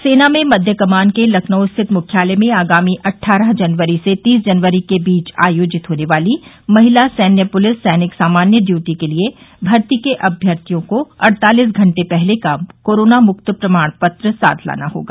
सेना में मध्य कमान के लखनऊ स्थित मुख्यालय में आगामी अट्ठारह जनवरी से तीस जनवरी के बीच आयोजित होने वाली महिला सैन्य पुलिस सैनिक सामान्य ड्यूटी के लिए भर्ती के अम्यर्थियों को अड़तालिस घंटे पहले का कोरोना मुक्त प्रमाण पत्र साथ लाना होगा